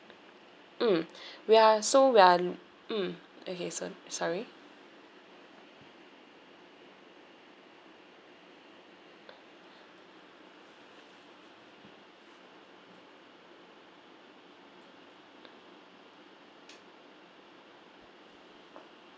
mm we are so we are l~ mm okay so~ sorry